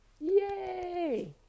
Yay